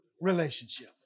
relationship